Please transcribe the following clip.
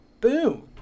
boom